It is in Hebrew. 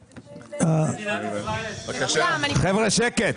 --- חבר'ה, שקט,